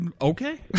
Okay